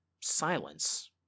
silence